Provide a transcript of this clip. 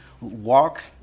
walk